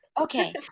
Okay